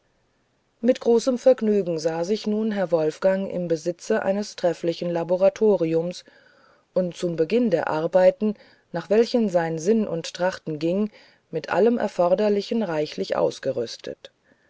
mit großem vergnügen sah sich nun herr wolfgang im besitze eines trefflichen laboratoriums und zum beginn der arbeiten nach welchen sein sinnen und trachten ging mit allem erforderlichem reichlich ausgerüstet